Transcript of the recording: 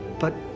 but,